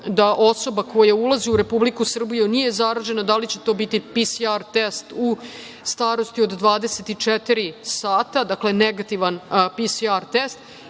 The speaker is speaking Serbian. da osoba koja ulazi u Republiku Srbiju nije zaražena, da li će to biti PCR test u starosti od 24 sata, dakle negativan PCR test,